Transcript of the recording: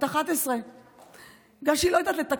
בת 11. בגלל שהיא לא יודעת לתקשר,